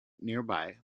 nearby